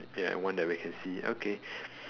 ya and one that we can see okay